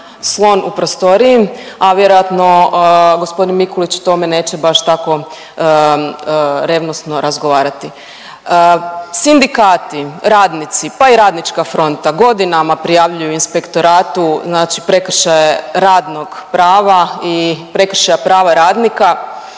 slon u prostoriji, a vjerojatno g. Mikulić o tome neće baš tako revnosno razgovarati. Sindikati, radnici, pa i RF godinama prijavljuju inspektoratu prekršaje radnog prava i prekršaja prava radnika,